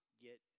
get